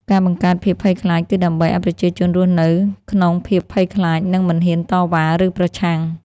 ការបង្កើតភាពភ័យខ្លាចគឺដើម្បីឱ្យប្រជាជនរស់នៅក្នុងភាពភ័យខ្លាច និងមិនហ៊ានតវ៉ា ឬប្រឆាំង។